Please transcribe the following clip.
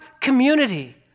community